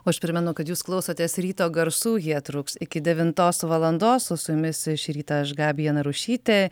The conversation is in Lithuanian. o aš primenu kad jūs klausotės ryto garsų jie truks iki devintos valandos o su jumis šį rytą aš gabija narušytė